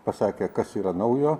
pasakė kas yra naujo